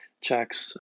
checks